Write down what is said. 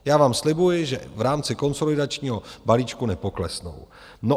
Já vám slibuji, že v rámci konsolidačního balíčku nepoklesnou.